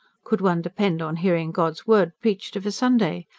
could one depend on hearing god's word preached of a sunday?